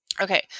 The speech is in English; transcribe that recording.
Okay